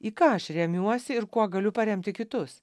į ką aš remiuosi ir kuo galiu paremti kitus